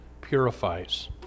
purifies